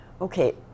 Okay